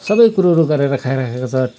सबै कुरोहरू गरेर खाइरहेको छ